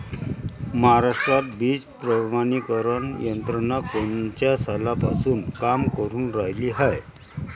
महाराष्ट्रात बीज प्रमानीकरण यंत्रना कोनच्या सालापासून काम करुन रायली हाये?